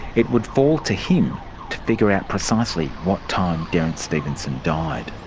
it would fall to him to figure out precisely what time derrance stevenson died.